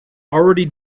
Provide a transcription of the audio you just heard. already